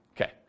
Okay